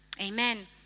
Amen